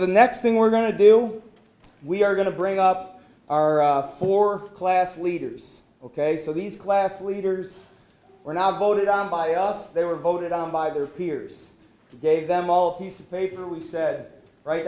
the next thing we're going to do we are going to bring up our four class leaders ok so these class leaders were not voted on by us they were voted on by their peers gave them all a piece of paper we said wri